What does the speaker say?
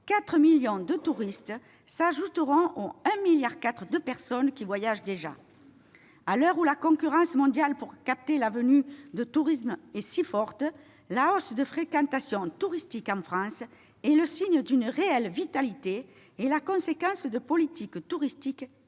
4 millions de touristes s'ajouteront au 1,4 milliard de personnes qui voyagent déjà. À l'heure où la concurrence mondiale pour capter la venue de touristes est forte, la hausse de la fréquentation touristique en France est le signe d'une réelle vitalité et la conséquence de politiques touristiques efficaces.